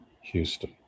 houston